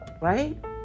Right